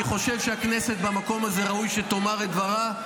אני חושב שהכנסת במקום הזה, ראוי שתאמר את דברה.